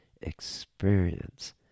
experience